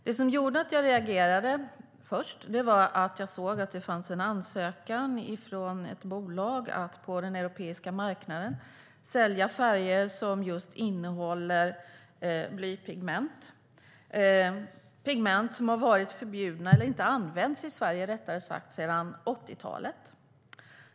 Det som gjorde att jag först reagerade var att jag såg att det fanns en ansökan från ett bolag om att på den europeiska marknaden sälja färger som innehåller blypigment, pigment som har varit förbjudna eller rättare sagt inte har använts i Sverige sedan 80-talet.